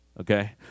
okay